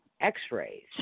x-rays